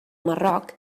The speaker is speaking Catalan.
marroc